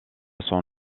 son